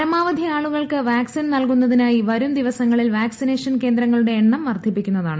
പരമാവധി ആളുകൾക്ക് vaccine നൽകുന്നതിനായി വരും ദിവസങ്ങളിൽ വാക്സിനേഷൻ കേന്ദ്രങ്ങളുടെ എണ്ണം വർധിപ്പിക്കുന്നതാണ്